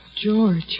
George